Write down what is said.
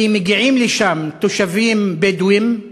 כי מגיעים לשם תושבים בדואים,